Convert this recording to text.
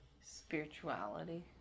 Spirituality